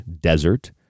desert